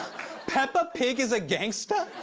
peppa pig is a gangsta?